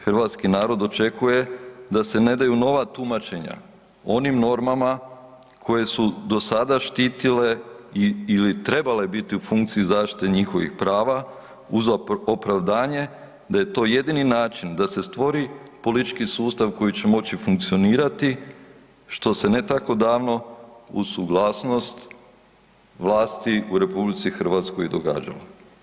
Hrvatski narod očekuje da se ne daju nova tumačenja onim normama koje su do sada štitile ili trebale biti u funkciji zaštite njihovih prava uz opravdanje da je to jedini način da se stvori politički sustav koji će moći funkcionirati što se ne tako davno uz suglasnost vlasti u RH i događalo.